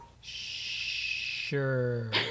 Sure